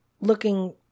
looking